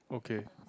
okay